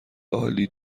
عالی